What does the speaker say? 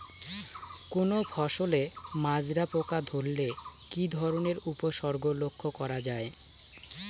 কোনো ফসলে মাজরা পোকা ধরলে কি ধরণের উপসর্গ লক্ষ্য করা যায়?